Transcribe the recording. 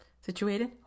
situated